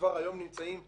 שכבר היום נמצאים,